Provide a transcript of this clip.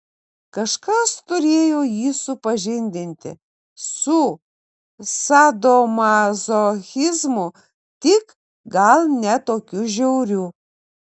kažkas turėjo jį supažindinti su sadomazochizmu tik gal ne tokiu žiauriu